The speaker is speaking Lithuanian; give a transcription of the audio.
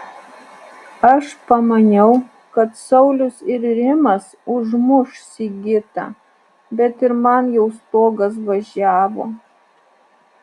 aš pamaniau kad saulius ir rimas užmuš sigitą bet ir man jau stogas važiavo